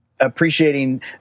appreciating